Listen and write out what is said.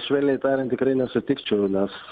švelniai tariant tikrai nesutikčiau nes